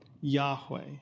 Yahweh